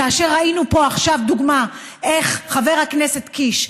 כאשר ראינו פה עכשיו דוגמה איך חבר הכנסת קיש,